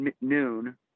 noon